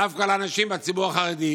דווקא לאנשים מהציבור החרדי?